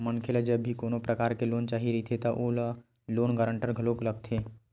मनखे ल जब भी कोनो परकार के लोन चाही रहिथे त ओला लोन गांरटर घलो लगथे